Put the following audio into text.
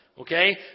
Okay